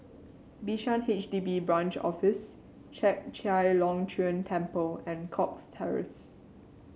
Bishan H D B Branch Office Chek Chai Long Chuen Temple and Cox Terrace